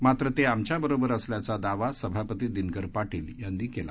मात्र ते आमच्याबरोबर असल्याचा दावा सभापती दिनकर पाटील यांनी केला